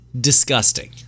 Disgusting